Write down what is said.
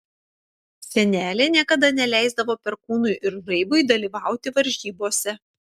senelė niekada neleisdavo perkūnui ir žaibui dalyvauti varžybose